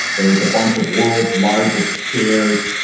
there was a bunch of world's largest chairs,